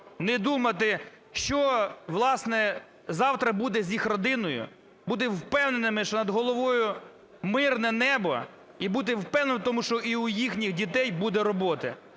не думати, що, власне, завтра бути з їх родиною, бути впевненими, що над головою мирне небо, і бути впевненим, що і у їхніх дітей буде робота.